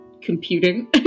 computing